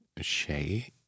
Shay